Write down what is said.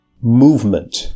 movement